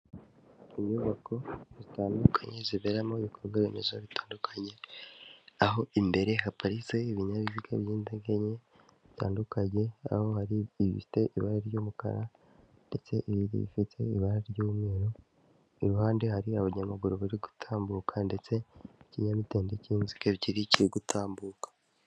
Inyubako zitandukanye ziberamo ibikorwa remezo bitandukanye aho imbere haparitse ibinyabiziga bitandukanye aho hari ibifite ibara ry'umukara ndetse ibiri rifite ibara ry'umweru iruhande hari abanyamaguru bari gutambuka ndetse n'ikinyamitende cy'inziga ebyiri kiri gutambuka.